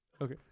Okay